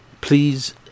please